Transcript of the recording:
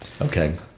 Okay